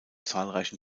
zahlreichen